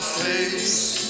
face